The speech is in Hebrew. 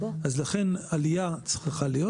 אז לכן עלייה צריכה להיות.